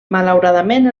malauradament